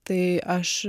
tai aš